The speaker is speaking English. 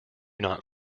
not